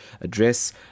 address